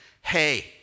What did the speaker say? hey